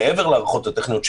מעבר להארכות הטכניות,